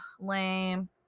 lame